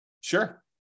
Sure